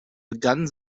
begann